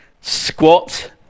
squat